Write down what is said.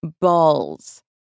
balls